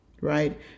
right